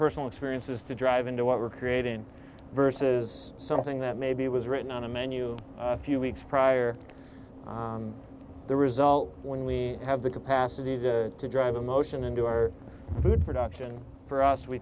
personal experiences to drive into what we're creating versus something that maybe was written on a menu a few weeks prior to the result when we have the capacity to drive emotion into our food production for us we